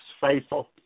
faithful